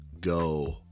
go